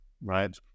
Right